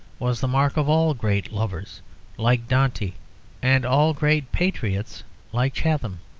was the mark of all great lovers like dante and all great patriots like chatham.